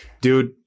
Dude